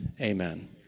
Amen